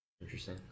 interesting